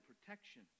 protection